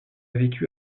vécu